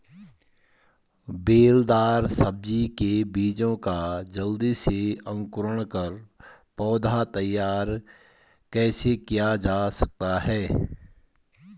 बेलदार सब्जी के बीजों का जल्दी से अंकुरण कर पौधा तैयार कैसे किया जा सकता है?